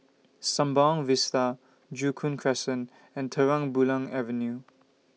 Sembawang Vista Joo Koon Crescent and Terang Bulan Avenue